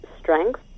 strength